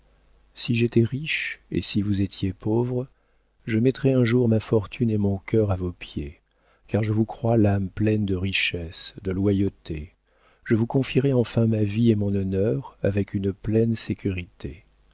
si j'étais riche et si vous étiez pauvre je mettrais un jour ma fortune et mon cœur à vos pieds car je vous crois l'âme pleine de richesses de loyauté je vous confierais enfin ma vie et mon honneur avec une pleine sécurité